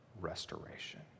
restoration